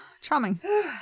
Charming